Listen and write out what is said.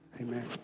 Amen